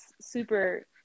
super